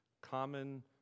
common